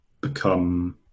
become